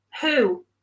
Who